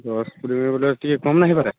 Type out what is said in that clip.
ଦଶ୍ ମିନିଟ୍ ବେଲେ ଟିକେ କମ୍ ନାଇଁ ହେଇପାରେ